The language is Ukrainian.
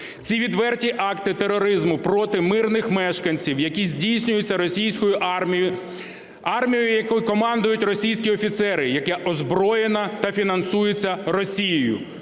Ці відверті акти тероризму проти мирних мешканців, які здійснюються російською армією – армією, якою командують російські офіцери, яка озброєна та фінансується Росією.